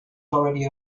already